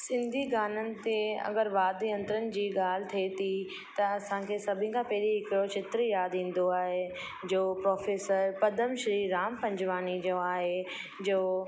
सिंधी गाननि ते अगरि वाद्य यंत्रनि जी ॻाल्हि थिए थी त असांखे सभिनि खां पहिरीं हिकिड़ो चित्र यादि ईंदो आहे जो प्रोफेसर पदम श्री राम पंजवानी जो आहे जो